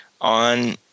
on